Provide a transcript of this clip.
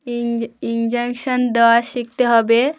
ইঞ্জে injection দেওয়া শিখতে হবে